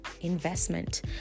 investment